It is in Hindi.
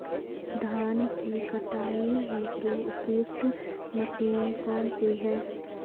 धान की कटाई हेतु उपयुक्त मशीन कौनसी है?